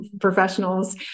professionals